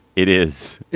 it is.